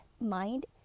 mind